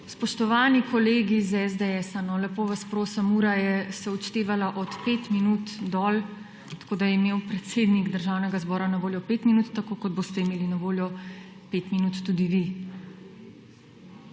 Spoštovani kolegi iz SDS, lepo vas prosim, ura se je odštevala od 5 minut dol, tako da je imel predsednik Državnega zbora na voljo 5 minut, tako kot boste imeli na voljo 5 minut tudi vi.